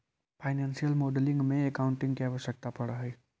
financial modelling में accounting के आवश्यकता पड़ऽ हई